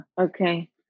Okay